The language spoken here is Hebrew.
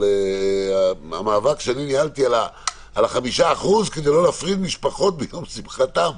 אבל המאבק שאני ניהלתי על ה-5% כדי לא להפריד משפחות ביום שמחתן,